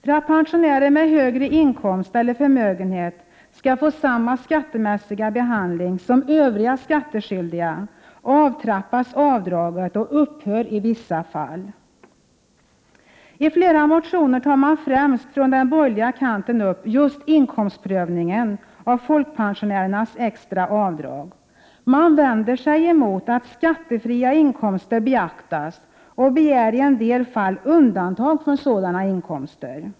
För att pensionärer med högre inkomst eller förmögenhet skall få samma skattemässiga behandling som övriga skattskyldiga avtrappas avdraget och i vissa fall upphör det att gälla. I flera motioner, främst på den borgerliga kanten, tar man upp just frågan om inkomstprövningen av folkpensionärernas extra avdrag. Man vänder sig mot att skattefria inkomster beaktas och begär i en del fall undantag för sådana inkomster.